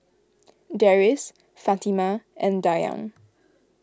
Deris Fatimah and Dayang